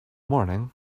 morning